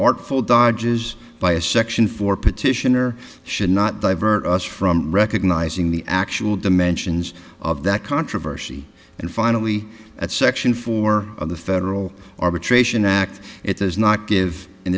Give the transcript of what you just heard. artful dodges by a section four petitioner should not divert us from recognizing the actual de mentions of that controversy and finally at section four of the federal arbitration act it does not give in